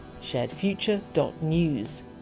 sharedfuture.news